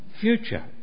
future